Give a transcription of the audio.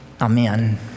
Amen